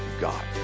God